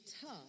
tough